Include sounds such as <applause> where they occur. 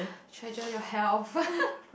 treasure your health <laughs>